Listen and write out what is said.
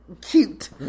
Cute